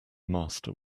master